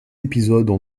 épisodes